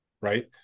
right